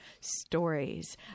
Stories